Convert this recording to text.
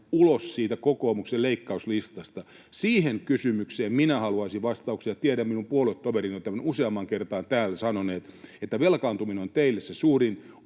ulos siitä kokoomuksen leikkauslistasta? Siihen kysymykseen minä haluaisin vastauksen. Tiedän, ja minun puoluetoverini ovat tämän useampaan kertaan täällä sanoneet, että velkaantuminen on teille tällä